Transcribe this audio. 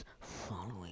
following